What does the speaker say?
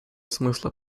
смысла